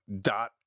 dot